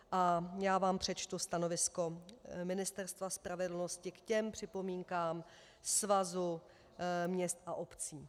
A já vám přečtu stanovisko Ministerstva spravedlnosti k těm připomínkám Svazu měst a obcí.